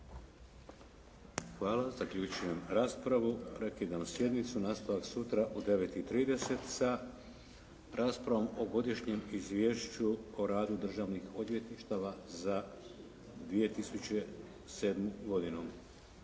Hvala. Zaključujem raspravu. Prekidam sjednicu. Nastavak sutra u 9,30 sa raspravom o Godišnjem izvješću o radu državnih odvjetništava za 2007. godinu.